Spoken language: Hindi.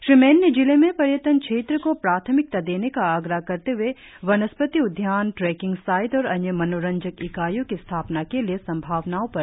श्री मेन ने जिले में पर्यटन क्षेत्र को प्राथमिकता देने का आग्रह करते हए वनस्पति उद्यान ट्रेकिंग साइट और अन्य मनोरंजक इकाइयों की स्थापना के लिए संभावनाओ पर जोर दिया